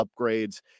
upgrades